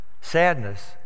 sadness